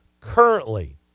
currently